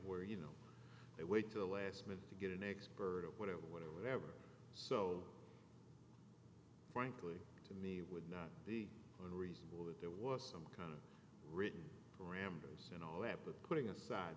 where you know they wait to the last minute to get an expert of whatever whatever whatever so frankly to me would not be unreasonable that there was some kind of written parameters and all that but putting aside